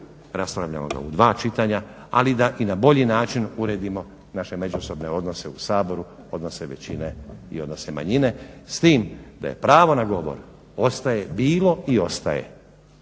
raspravljamo ga u dva čitanja, ali da i na bolji način uredimo naše međusobne odnose u Saboru, odnose većine i odnose manjine s tim da je pravo na govor, bilo i ostaje